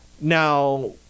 Now